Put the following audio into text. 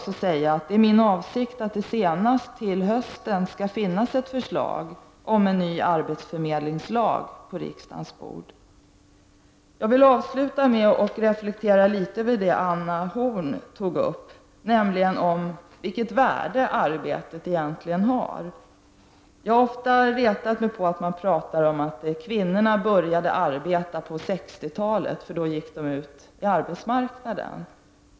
Det är min avsikt att det senast till hösten skall finnas ett förslag om en ny arbetsförmedlingslag på riksdagens bord, Elver Jonsson. Jag vill avslutningsvis reflektera litet över det som Anna Horn af Rantzien tog upp, nämligen vilket värde arbetet egentligen har. Jag har ofta retat mig på att man talar om att kvinnorna började arbeta på 60-talet, för då gick de ut på arbetsmarknaden.